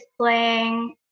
playing